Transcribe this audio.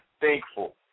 thankful